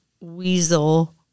weasel